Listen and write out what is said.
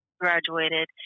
graduated